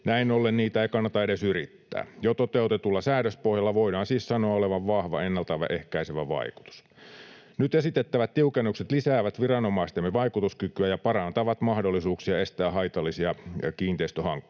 näin ollen niitä ei kannata edes yrittää. Jo toteutetulla säädöspohjalla voidaan siis sanoa olevan vahva ennaltaehkäisevä vaikutus. Nyt esitettävät tiukennukset lisäävät viranomaistemme vaikutuskykyä ja parantavat mahdollisuuksia estää haitallisia kiinteistöhankkeita.